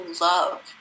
love